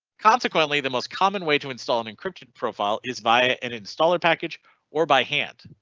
consequently, the most common way to install an encrypted profile is via an installer package or by hand.